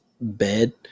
bed